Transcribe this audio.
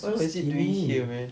what is he doing here man